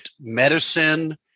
medicine